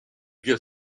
get